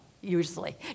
Usually